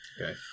Okay